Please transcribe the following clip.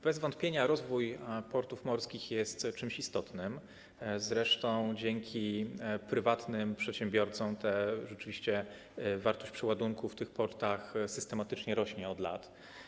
Bez wątpienia rozwój portów morskich jest czymś istotnym, zresztą dzięki prywatnym przedsiębiorcom rzeczywiście wartość przeładunków w tych portach systematycznie rośnie od lat.